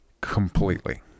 completely